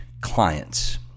clients